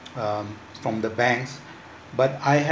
um from the banks but I have